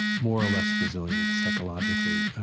more or less resilient psychologically,